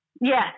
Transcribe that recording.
Yes